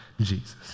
Jesus